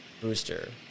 booster